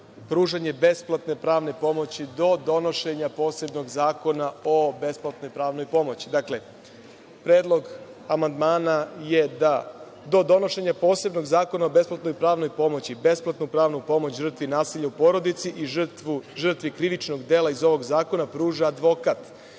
pružanje besplatne pravne pomoći do donošenja posebnog zakona o besplatnoj pravnoj pomoći. Dakle, predlog amandmana je da do donošenja posebnog zakona o besplatnoj pravnoj pomoći besplatnu pravnu pomoć žrtvi nasilja u porodici i žrtvi krivičnog dela iz ovog zakona pruža advokat.